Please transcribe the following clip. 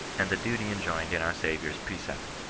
and the duty enjoined in our saviour's precept.